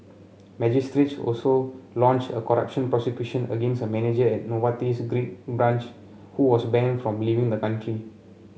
magistrates also launched a corruption prosecution against a manager at Novartis's Greek branch who was banned from leaving the country